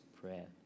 prayer